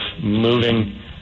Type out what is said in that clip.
moving